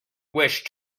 wish